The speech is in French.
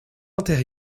inter